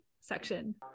section